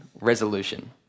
Resolution